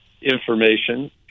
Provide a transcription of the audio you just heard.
information